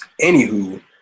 anywho